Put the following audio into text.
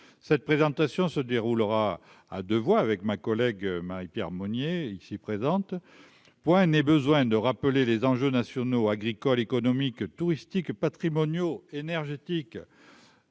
cette présentation se déroulera à 2 voies avec ma collègue Marie-Pierre Monier, ici présente, point n'est besoin de rappeler les enjeux nationaux agricole, économique, touristique patrimoniaux énergétique.